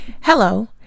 Hello